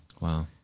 wow